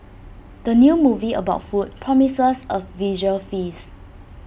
the new movie about food promises A visual feast